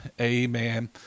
amen